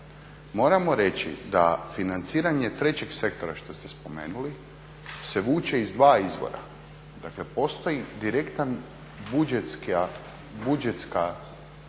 moramo reći da financiranje trećeg sektora što ste spomenuli se vuče iz dva izvora. Dakle postoji direktan budžetska osnova